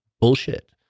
bullshit